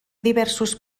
diversos